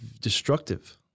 destructive